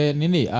nini